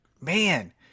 man